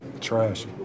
Trash